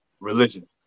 religion